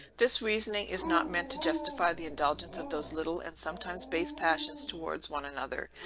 this reasoning is not meant to justify the indulgence of those little and sometimes base passions towards one another,